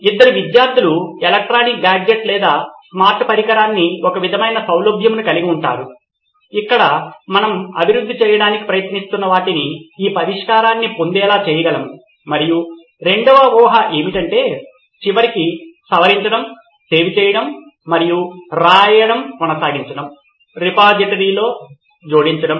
ఇద్దరు విద్యార్ధులు electronic gadget లేదా స్మార్ట్ పరికరానికి ఒక విధమైన సౌలభ్యంను కలిగి ఉంటారు ఇక్కడ మనము అభివృద్ధి చేయడానికి ప్రయత్నిస్తున్న వాటిని ఈ పరిష్కారాన్ని పొందేలా చేయగలము మరియు రెండవ ఊహ ఏమిటంటే చివరికి సవరించడం సేవ్ చేయడం మరియు రాయడం కొనసాగించడం రిపోజిటరీకి జోడించడం